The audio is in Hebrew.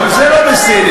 גם זה לא בסדר.